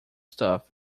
stuff